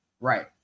right